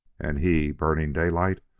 and he, burning daylight,